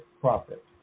profit